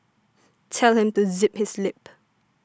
tell him to zip his lip